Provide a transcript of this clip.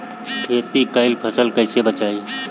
खेती कईल फसल कैसे बचाई?